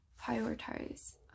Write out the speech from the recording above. prioritize